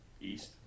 east